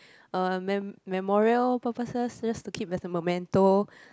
uh mem~ memorial purposes just to keep as a memento